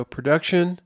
Production